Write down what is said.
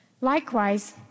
Likewise